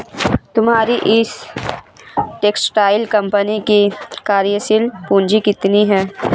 तुम्हारी इस textile company की कार्यशील पूंजी कितनी है?